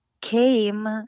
came